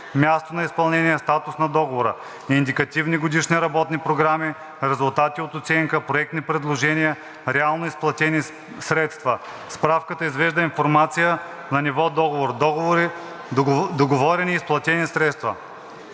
място на изпълнение, статус на договора, индикативни годишни работни програми, резултати от оценка, проектни предложения, реално изплатени средства. Справката извежда информация на ниво договорени изпълнени средства.